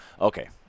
okay